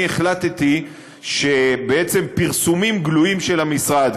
החלטתי שבעצם פרסומים גלויים של המשרד,